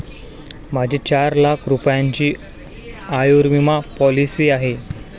माझी चार लाख रुपयांची आयुर्विमा पॉलिसी आहे